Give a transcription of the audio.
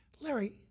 Larry